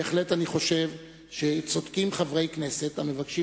אני בהחלט חושב שצודקים חברי כנסת המבקשים